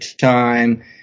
time